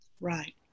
Right